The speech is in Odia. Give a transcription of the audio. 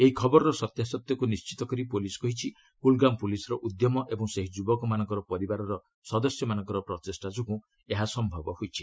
ଏହି ଖବରର ସତ୍ୟାସତ୍ୟକୁ ନିଶ୍ଚିତ କରି ପୁଲିସ୍ କହିଛି କୁଲ୍ଗାମ୍ ପ୍ରଲିସ୍ର ଉଦ୍ୟମ ଓ ସେହି ଯୁବକମାନଙ୍କ ପରିବାର ସଦସ୍ୟମାନଙ୍କ ପ୍ରଚେଷ୍ଟା ଯୋଗୁଁ ଏହା ସମ୍ଭବ ହୋଇଛି